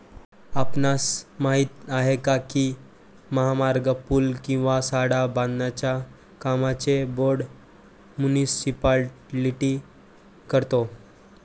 आपणास माहित आहे काय की महामार्ग, पूल किंवा शाळा बांधण्याच्या कामांचे बोंड मुनीसिपालिटी करतो?